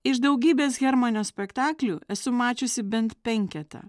iš daugybės hermanio spektaklių esu mačiusi bent penketą